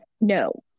No